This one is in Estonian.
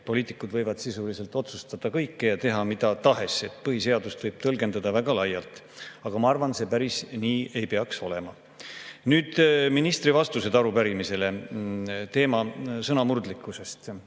poliitikud võivad sisuliselt otsustada kõike ja teha mida tahes. Põhiseadust võib tõlgendada väga laialt. Aga ma arvan, et see päris nii ei peaks olema. Nüüd ministri vastused arupärimisele. Sõnamurdlikkuse